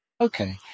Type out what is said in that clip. Okay